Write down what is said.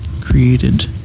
created